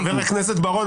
חבר הכנסת בוארון,